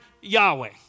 Yahweh